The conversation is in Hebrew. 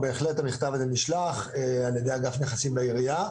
בהחלט המכתב הזה נשלח על ידי אגף נכסים בעירייה.